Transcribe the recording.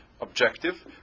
objective